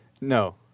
no